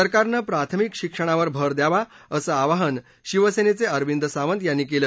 सरकारनं प्राथमिक शिक्षणावर भर द्यावा असं आवाहन शिवसेनेचे अरविंद सावंत यांनी केलं